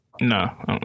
No